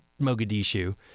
Mogadishu